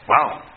Wow